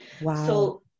Wow